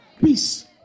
Peace